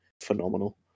phenomenal